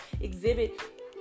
exhibit